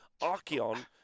Archeon